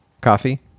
coffee